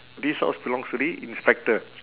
this house belongs to the inspector